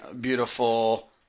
beautiful